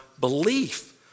belief